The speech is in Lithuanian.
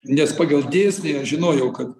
nes pagal dėsnį aš žinojau kad